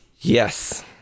Yes